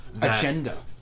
Agenda